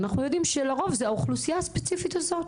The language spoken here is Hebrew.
לרוב זו האוכלוסייה הספציפית הזאת.